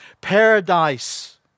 Paradise